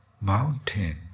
mountain